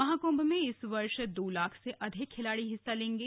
महाकुम्भ में इस वर्ष दो लाख से अधिक खिलाड़ी हिस्सा लेंगे